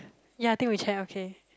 ya I think we chair okay